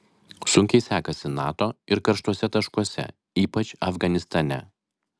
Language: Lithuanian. sunkiai sekasi nato ir karštuose taškuose ypač afganistane